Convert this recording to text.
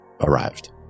arrived